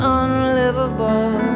unlivable